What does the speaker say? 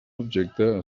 objecte